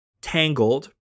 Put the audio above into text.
Tangled